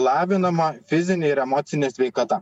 lavinama fizinė ir emocinė sveikata